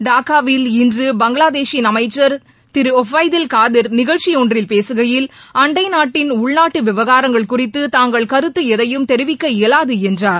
டாக்காவில் இன்று பங்களாதேஷின் அமைச்சர் திரு ஒபைதில் காதிர் நிகழ்ச்சியொன்றில் பேசுகையில் அண்டை நாட்டின் உள்நாட்டு விவகாரங்கள் குறித்து தாங்கள் கருத்து எதையும் தெரிவிக்க இயலாது என்றார்